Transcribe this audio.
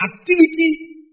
activity